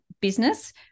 business